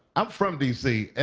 i'm from d c.